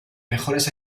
mejores